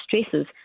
stresses